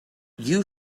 you